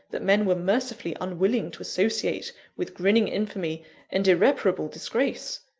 that men were mercifully unwilling to associate with grinning infamy and irreparable disgrace!